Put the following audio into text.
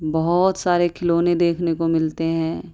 بہت سارے کھلونے دیکھنے کو ملتے ہیں